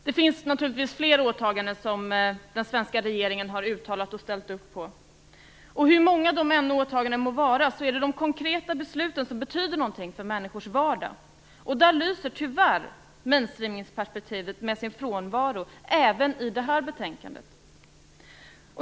Det finns naturligtvis fler åtaganden som den svenska regeringen har uttalat och ställt upp på. Hur många de åtagandena än må vara är det de konkreta besluten som betyder någonting för människors vardag, och där lyser tyvärr mainstreaming-perspektivet med sin frånvaro, även i det här betänkandet.